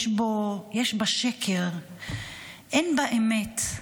יש בה שקר, אין בה אמת.